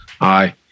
aye